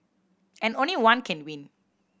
and only one can win